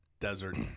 desert